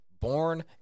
born